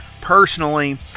personally